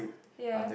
ya